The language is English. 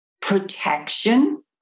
protection